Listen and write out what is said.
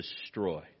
destroy